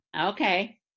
okay